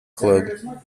club